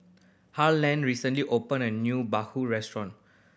Harland recently opened a new bahu restaurant